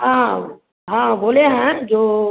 हाँ हाँ वह बोले हैं जो